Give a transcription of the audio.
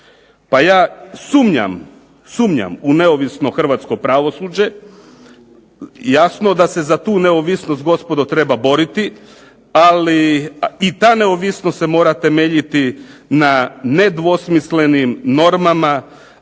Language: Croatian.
pa ja sumnjam u neovisno hrvatsko pravosuđe. Jasno da se za tu neovisnost gospodo treba boriti. Ali i ta neovisnost se mora temeljiti na nedvosmislenim normama,